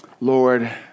Lord